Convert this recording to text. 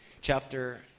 chapter